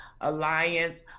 Alliance